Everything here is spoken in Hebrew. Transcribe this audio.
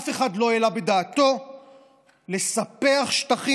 אף אחד לא העלה בדעתו לספח שטחים,